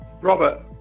Robert